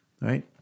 Right